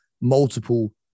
multiple